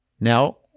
Now